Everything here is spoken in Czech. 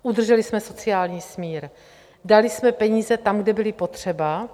Udrželi jsme sociální smír, dali jsme peníze tam, kde byly potřeba.